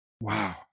Wow